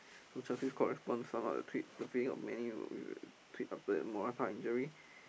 so Chelsea corresponds some of the tweet the feeling Man-U will tweet after the Morata injury